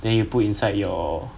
then you put inside your